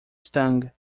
stung